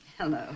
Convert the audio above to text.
Hello